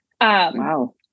Wow